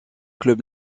club